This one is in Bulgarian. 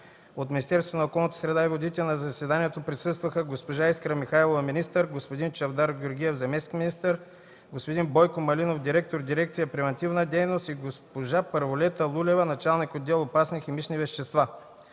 От Министерството на околната среда и водите на заседанието присъстваха госпожа Искра Михайлова – министър, господин Чавдар Георгиев – заместник-министър, господин Бойко Малинов – директор дирекция „Превантивна дейност”, и госпожа Първолета Лулева – началник отдел „Опасни химични вещества”.